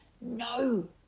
No